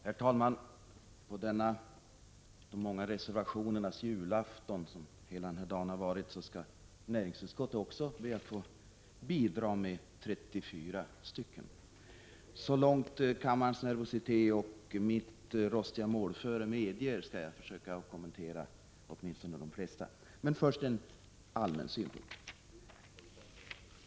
Herr talman! På denna de många reservationernas julafton som hela denna dag har varit skall näringsutskottet också be att få bidra med 34 stycken. Så långt kammarens nervositet och mitt rostiga målföre medger skall jag försöka kommentera åtminstone de flesta. Men först några allmänna synpunkter.